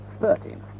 thirteen